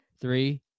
three